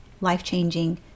life-changing